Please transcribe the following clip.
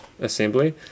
assembly